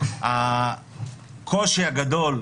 הקושי הגדול,